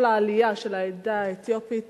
כל העלייה של העדה האתיופית